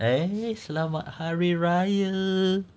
eh selamat hari raya